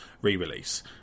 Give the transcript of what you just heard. re-release